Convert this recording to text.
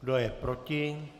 Kdo je proti?